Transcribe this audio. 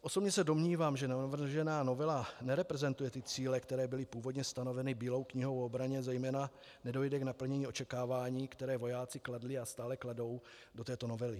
Osobně se domnívám, že navržená novela nereprezentuje cíle, které byly původně stanoveny Bílou knihou o obraně, zejména nedojde k naplnění očekávání, které vojáci kladli a stále kladou do této novely.